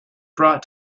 brought